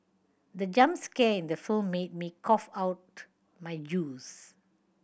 the jump scare in the film made me cough out my juice